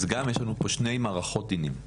אז גם יש לנו פה שתי מערכות דינים.